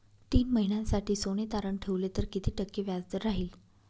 तीन महिन्यासाठी सोने तारण ठेवले तर किती टक्के व्याजदर राहिल?